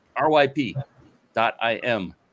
ryp.im